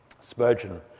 Spurgeon